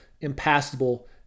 impassable